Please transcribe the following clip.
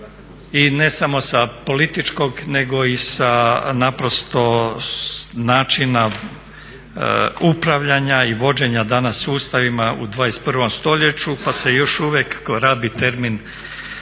i ne samo sa političkog nego i sa naprosto načina upravljanja i vođenja danas sustavima u 21. stoljeću pa se još uvijek rabi termin